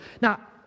Now